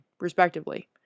respectively